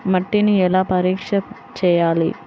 మట్టిని ఎలా పరీక్ష చేయాలి?